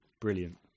Brilliant